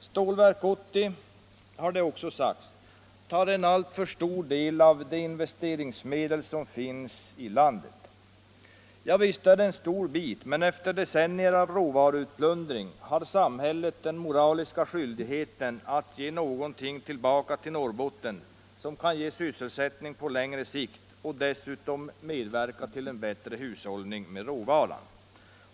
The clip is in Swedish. Det har också sagts att Stålverk 80 tar en alltför stor del av de investeringsmedel som finns i landet. Ja visst är det en stor bit. Men efter decennier av råvaruutplundring har samhället den moraliska skyldigheten att till Norrbotten ge något tillbaka som kan skapa sysselsättning på längre sikt och dessutom medverka till en bättre hushållning med råvaran.